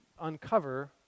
uncover